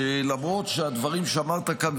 שלמרות שהדברים שאמרת כאן,